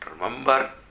Remember